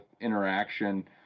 interaction